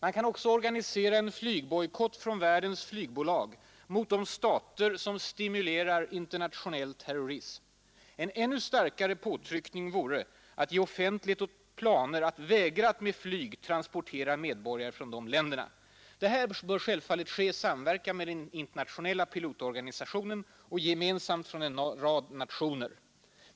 Man kan också organisera en flygbojkott från världens flygbolag mot de stater som stimulerar internationell terrorism. En ytterligare påtryckning vore att ge offentlighet åt planer att vägra att med flyg transportera medborgare från de länderna. Det här bör självfallet ske i samverkan med den internationella pilotorganisationen och gemensamt från en rad nationer.